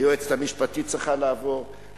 היועצת המשפטית צריכה לעבור,